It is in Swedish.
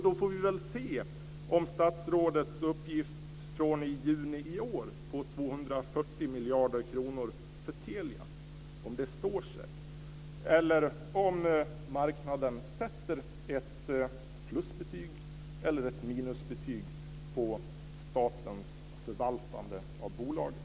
Då får vi väl se om statsrådets uppgift från juni i år på 240 miljarder kronor för Telia står sig, eller om marknaden sätter ett plus eller ett minusbetyg på statens förvaltande av bolaget.